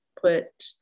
put